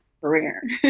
career